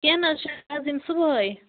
کیٚنٛہہ نہَ حظ چھُنہٕ بہٕ حظ یِمہٕ صُبحٲے